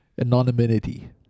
anonymity